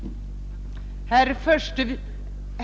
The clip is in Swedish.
Jag yrkar bifall till utskottets utlåtande,